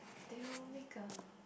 deal maker